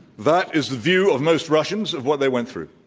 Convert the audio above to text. that is the view of most russians of what they went through.